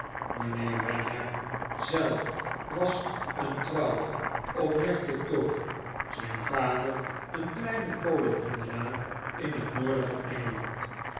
mijnheer wenham zelf was een trouwe oprechte tory zijn vader een kleine kolenhandelaar in het noorden van engeland